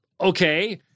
Okay